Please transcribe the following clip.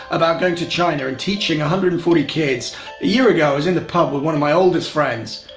about going to china and teaching one hundred and forty kids. a year ago, i was in the pub with one of my oldest friends,